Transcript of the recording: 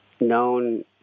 known